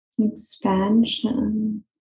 Expansion